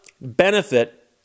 benefit